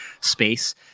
space